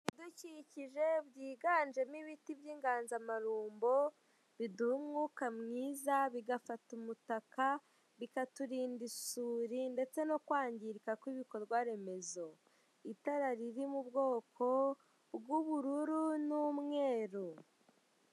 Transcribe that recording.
Ibidukikije byiganjemo ibiti by'inganzamarumbo, biduha umwuka mwiza, bigafata umutaka, bikaturinda isuri, ndetse no kwangirika k'ibikorwa remezo. Itara riri mu bwoko bw'ubururu n'umweru.